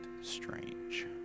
strange